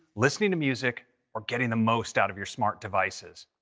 listening to music or getting the most out of your smart devices.